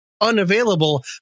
unavailable